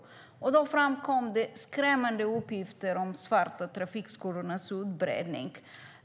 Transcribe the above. Då framkom det skrämmande uppgifter om de svarta trafikskolornas utbredning.